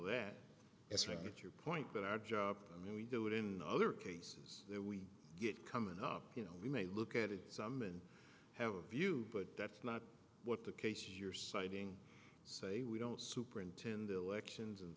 that as we get your point that our job i mean we do it in other cases where we get coming up you know we may look at it some and have a view but that's not what the case you're citing say we don't superintend the elections and